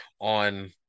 on